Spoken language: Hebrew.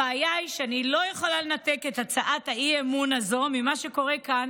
הבעיה היא שאני לא יכולה לנתק את הצעת האי-אמון הזאת ממה שקורה כאן